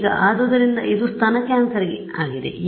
ಈಗ ಆದ್ದರಿಂದ ಇದು ಸ್ತನ ಕ್ಯಾನ್ಸರ್ಗೆ ಆಗಿದೆ